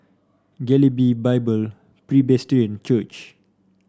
Galilee Bible Presbyterian Church